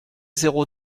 zéro